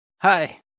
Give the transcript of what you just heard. Hi